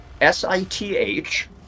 S-I-T-H